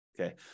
okay